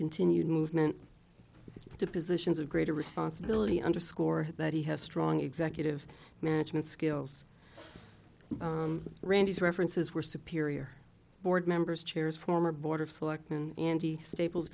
continued movement to positions of greater responsibility underscore that he has strong executive management skills randy's references were superior board members chairs former board of selectmen staples